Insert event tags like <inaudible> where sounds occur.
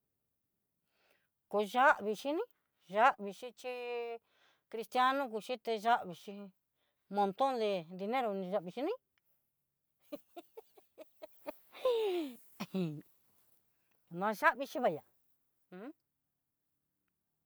Koo yavi xhini, yavi xhichi critiano xhité yavii xhi monton de dinero ni yavii chini <laughs> ajin maxhavixi vaya.